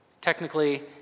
technically